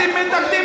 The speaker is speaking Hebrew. אתם מתנגדים,